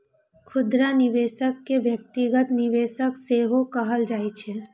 खुदरा निवेशक कें व्यक्तिगत निवेशक सेहो कहल जाइ छै